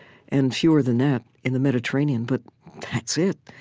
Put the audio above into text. and fewer than that in the mediterranean, but that's it.